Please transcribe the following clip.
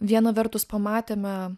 viena vertus pamatėme